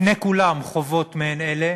לפני כולם, חובות מעין אלה